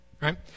right